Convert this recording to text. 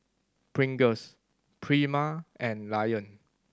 Pringles Prima and Lion